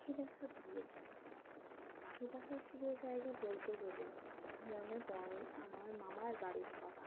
পাখি দেখার প্রিয় জায়গা পাখি দেখার প্রিয় জায়গা বলতে গেলে মনে পড়ে আমার মামারবাড়ির কথা